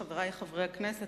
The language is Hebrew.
חברי חברי הכנסת,